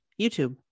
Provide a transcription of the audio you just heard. YouTube